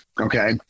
okay